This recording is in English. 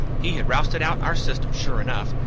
he had rousted out our system, sure enough.